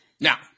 Now